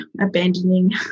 abandoning